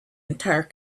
entire